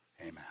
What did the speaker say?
Amen